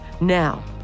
Now